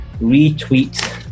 Retweet